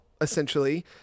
essentially